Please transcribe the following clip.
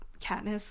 Katniss